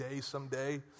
someday